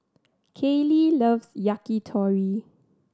Kayli loves Yakitori